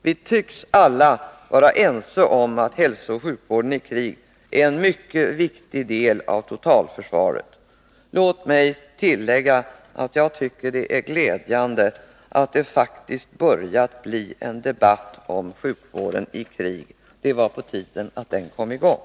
Vi tycks alla vara ense om att hälsooch sjukvården i krig är en viktig del av totalförsvaret. Låt mig tillägga att jag tycker det är glädjande att det faktiskt börjat bli debatt om sjukvården i krig. Det är på tiden att den kom i gång.